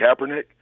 Kaepernick